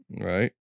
Right